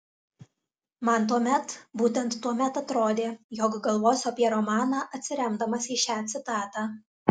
man tuomet būtent tuomet atrodė jog galvosiu apie romaną atsiremdamas į šią citatą